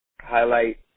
highlight